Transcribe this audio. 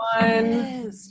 one